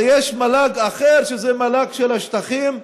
יש מל"ג אחר, שזה מל"ג של השטחים,